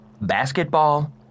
basketball